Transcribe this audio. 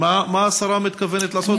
מה השרה מתכוונת לענות?